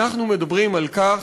אנחנו מדברים על כך